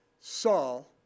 Saul